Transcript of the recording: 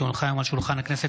כי הונחו היום על שולחן הכנסת,